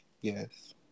Yes